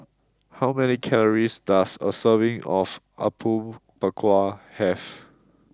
how many calories does a serving of Apom Berkuah have